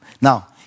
Now